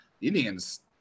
Indians